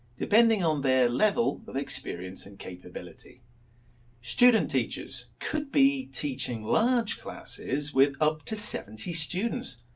depending on their level of experience and capability student teachers could be teaching large classes with up to seventy students.